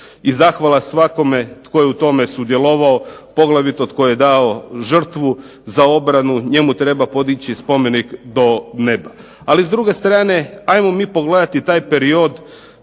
i zahvala svakome tko je u tome sudjelovao poglavito tko je dao žrtvu za obranu. Njemu treba podići spomenik do neba. Ali s druge strane ajmo mi pogledati taj period,